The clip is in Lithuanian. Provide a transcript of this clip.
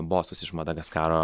bosus iš madagaskaro